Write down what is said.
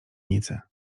nicy